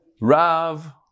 Rav